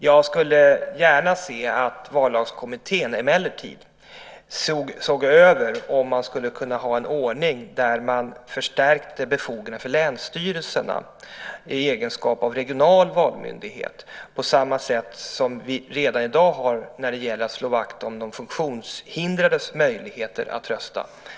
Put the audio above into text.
Jag skulle emellertid gärna se att Vallagskommittén såg över om man skulle kunna förstärka befogenheterna för länsstyrelserna i egenskap av regional valmyndighet på samma sätt som vi redan i dag har när det gäller att slå vakt om de funktionshindrades möjligheter att rösta.